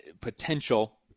potential